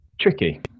Tricky